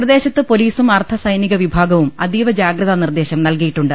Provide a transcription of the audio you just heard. പ്രദേശത്ത് പൊലീസും അർദ്ധസൈനിക വിഭാ ഗവും അതീവജാഗ്രതാനിർദേശം നൽകിയിട്ടുണ്ട്